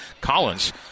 Collins